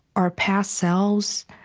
our past selves,